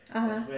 (uh huh)